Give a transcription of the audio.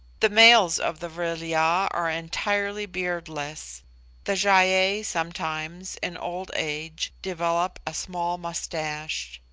the males of the vril-ya are entirely beardless the gy-ei sometimes, in old age, develop a small moustache.